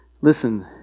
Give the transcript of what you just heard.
Listen